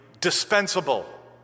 dispensable